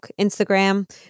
Instagram